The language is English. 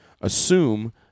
Assume